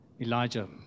Elijah